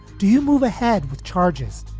do you move ahead with charges,